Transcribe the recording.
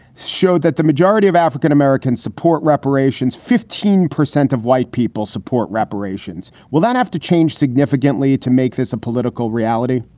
showed that the majority of african-americans support reparations, fifteen percent of white people support reparations. will that have to change significantly to make this a political reality?